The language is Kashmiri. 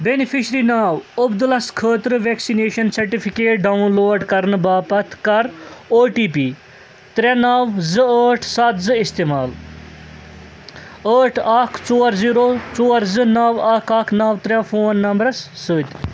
بیٚنِفِشرِی ناوعبدُلس خٲطرٕ وٮ۪کسِنیٚشن سرٹِفکیٹ ڈاوُن لوڈ کرنہٕ باپتھ کر او ٹی پی ترٛےٚ نو زٕ ٲٹھ سَتھ زٕ استعمال ٲٹھ اکھ ژور زیٖرو ژور زٕ نو اکھ اکھ نو ترٛےٚ فون نمبرس سۭتۍ